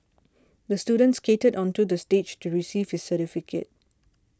the student skated onto the stage to receive his certificate